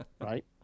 right